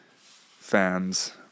fans